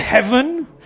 heaven